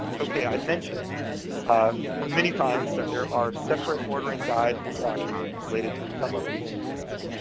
okay. i mentioned many times that there are separate ordering guides and documents related to some of these sin's.